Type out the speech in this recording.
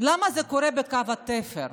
למה זה קורה בקו התפר?